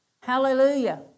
Hallelujah